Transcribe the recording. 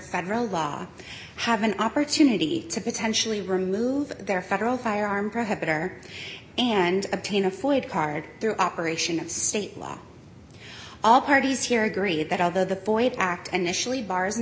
federal law have an opportunity to potentially remove their federal firearm prohibit or and obtain a foid card their operation of state law all parties here agree that although the void act and initially bars an